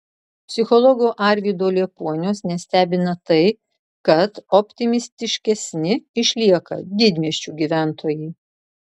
psichologo arvydo liepuoniaus nestebina tai kad optimistiškesni išlieka didmiesčių gyventojai